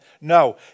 No